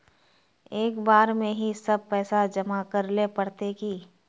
एक बार में ही सब पैसा जमा करले पड़ते की?